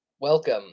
Welcome